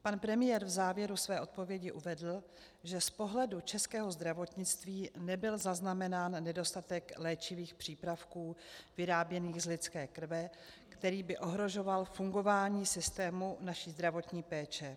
Pan premiér v závěru své odpovědi uvedl, že z pohledu českého zdravotnictví nebyl zaznamenán nedostatek léčivých přípravků vyráběných z lidské krve, který by ohrožoval fungování systému naší zdravotní péče.